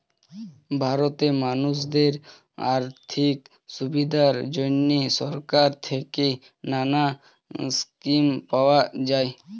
ভারতে মানুষদের আর্থিক সুবিধার জন্যে সরকার থেকে নানা স্কিম পাওয়া যায়